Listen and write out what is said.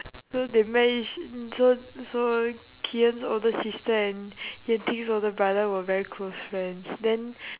so they met each so so ki-en's older sister and yan-ting's older brother were very close friends then